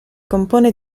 compone